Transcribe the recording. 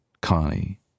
Connie